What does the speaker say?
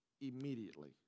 immediately